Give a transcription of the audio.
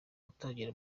gutangira